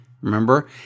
Remember